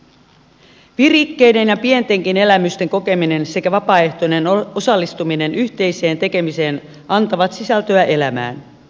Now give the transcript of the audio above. virikkeiden ja pientenkin elämysten kokeminen sekä vapaaehtoinen osallistuminen yhteiseen tekemiseen antavat sisältöä elämään